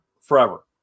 forever